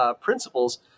principles